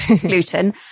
gluten